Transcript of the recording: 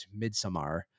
Midsommar